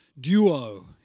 duo